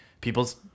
people's